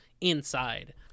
inside